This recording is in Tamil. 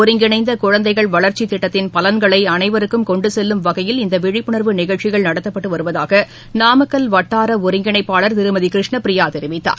ஒருங்கிணைந்த குழந்தைகள் வளர்ச்சித்திட்டத்தின் பலன்களை அனைவருக்கும் கொண்டுசெல்லும் வகையில் இந்த விழிப்புனர்வு நிகழ்ச்சிகள் நடத்தப்பட்டு வருவதாக நாமக்கல் வட்டார ஒருங்கிணைப்பாளர் திருமதி கிருஷ்ணபிரியா தெரிவித்தார்